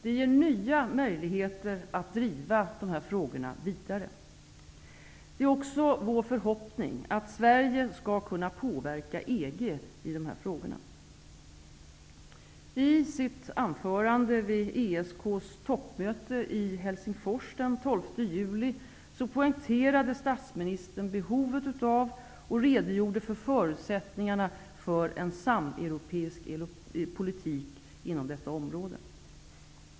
Det ger nya möjligheter att driva dessa frågor vidare. Det är också vår förhoppning att Sverige skall kunna påverka EG i dessa frågor. I sitt anförande vid ESK:s toppmöte i Helsingfors den 12 juli poängterade statsministern behovet av och redogjorde för förutsättningarna för en sameuropeisk politik inom detta område.